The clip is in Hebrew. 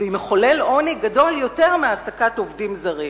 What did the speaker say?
והיא מחולל עוני גדול יותר מהעסקת עובדים זרים.